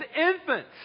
infants